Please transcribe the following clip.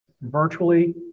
virtually